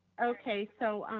okay, so.